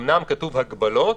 אומנם כתוב "הגבלות",